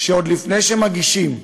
שעוד לפני שמגישים פנייה,